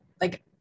like-